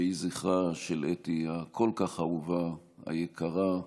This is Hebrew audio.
יהי זכרה של אתי הכל-כך אהובה, היקרה,